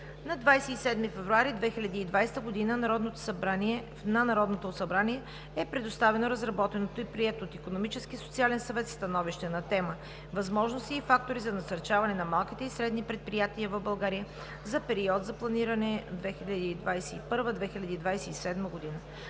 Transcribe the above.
На 27 февруари 2020 г. на Народното събрание е предоставено разработеното и прието от Икономическия и социален съвет становище на тема: „Възможности и фактори за насърчаване на малките и средни предприятия в България за период за планиране 2021 – 2027 г.“